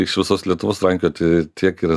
iš visos lietuvos rankioti tiek yra